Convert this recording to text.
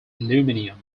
aluminium